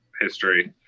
history